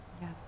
Yes